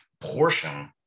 portion